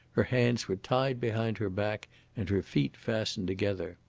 her hands were tied behind her back and her feet fastened together.